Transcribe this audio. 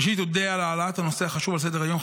ראשית, אודה על העלאת הנושא החשוב על סדר-היום.